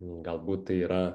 galbūt tai yra